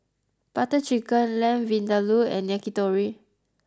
Butter Chicken Lamb Vindaloo and Yakitori